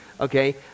okay